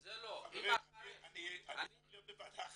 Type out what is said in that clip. זה לא --- אני חייב להיות בוועדה אחרת,